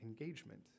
engagement